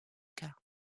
cas